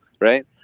right